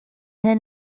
hyn